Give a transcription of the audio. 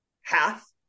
half